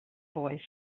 boy